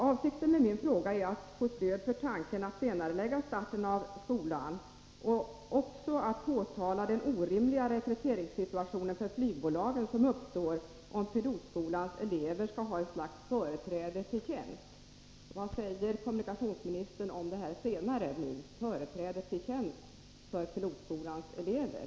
Avsikten med min fråga är att få stöd för tanken att senarelägga starten av skolan och också att påtala den orimliga rekryteringssituation för flygbolagen som uppstår om pilotskolans elever skall ha något slags företräde till tjänst. Vad säger kommunikationsministern om detta senare — företräde till tjänst för pilotskolans elever?